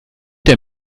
der